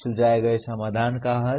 सुझाए गए समाधान का हल